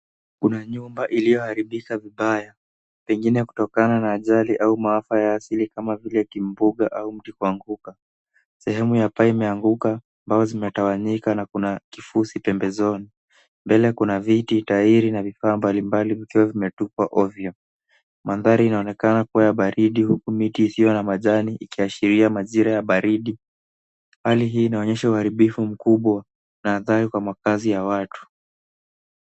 Kuna nyumba iliyoharibika vibaya pengine kutokana na ajali au maafa ya asili kama vile kimbunga au miti kuanguka, sehemu ya paa imeanguka mbao zimetawanyika na kuna kifusi pembezoni ,mbele kuna viti tairi na vifaa mbalimbali vikiwa vimetupwa ovyo, mandhari inaonekana kuwa ya baridi huku miti isiyo na majani ikiashiria majira ya baridi hali hii inaonyesha uharibifu mkubwa na hatari kwa makazi ya watu.